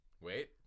wait